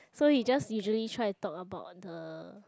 so he just usually try to talk about the